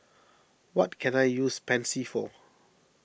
what can I use Pansy for